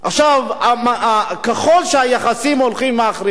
ככל שהיחסים הולכים ומחריפים,